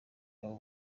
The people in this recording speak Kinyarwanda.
abo